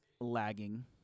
lagging